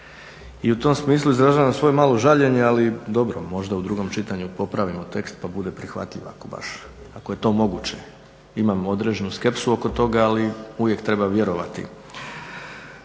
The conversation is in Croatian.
i u tom smislu izražavam svoje malo žaljenje ali dobro, možda u drugom čitanju popravimo tekst pa bude prihvatljiv ako baš, ako je to moguće, imamo određenu skepsu oko toga ali uvijek treba vjerovati.